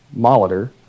Molitor